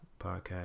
podcast